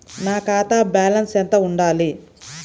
నా ఖాతా బ్యాలెన్స్ ఎంత ఉండాలి?